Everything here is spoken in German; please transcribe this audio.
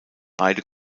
beide